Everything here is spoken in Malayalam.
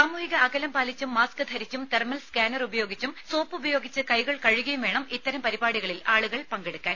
സാമൂഹിക അകലം പാലിച്ചും മാസ്ക് ധരിച്ചും തെർമ്മൽ സ്കാനർ ഉപയോഗിച്ചും സോപ്പുപയോഗിച്ച് കൈകൾ കഴുകിയും വേണം ഇത്തരം പരിപാടികളിൽ ആളുകൾ പങ്കെടുക്കാൻ